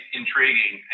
intriguing